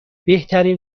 بهترین